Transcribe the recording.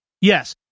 yes